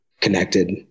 connected